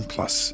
Plus